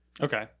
Okay